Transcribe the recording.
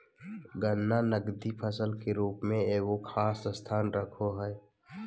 गन्ना नकदी फसल के रूप में एगो खास स्थान रखो हइ